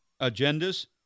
agendas